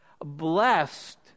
Blessed